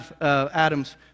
Adam's